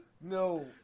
No